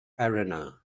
arena